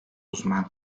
uzman